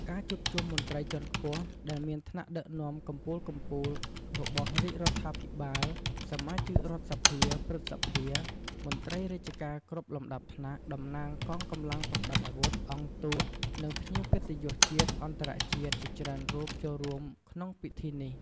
ការជួបជុំមន្ត្រីជាន់ខ្ពស់ ដែលមានថ្នាក់ដឹកនាំកំពូលៗរបស់រាជរដ្ឋាភិបាល សមាជិករដ្ឋសភា ព្រឹទ្ធសភា មន្ត្រីរាជការគ្រប់លំដាប់ថ្នាក់ តំណាងកងកម្លាំងប្រដាប់អាវុធ អង្គទូត និងភ្ញៀវកិត្តិយសជាតិ-អន្តរជាតិជាច្រើនរូបចូលរួមក្នុងពិធីនេះ។